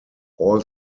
all